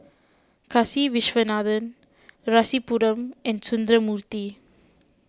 Kasiviswanathan Rasipuram and Sundramoorthy